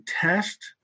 test